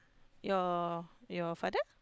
your your father